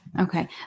Okay